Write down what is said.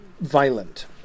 violent